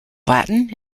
latin